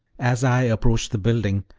as i approached the building,